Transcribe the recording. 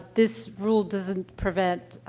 this rule doesn't prevent,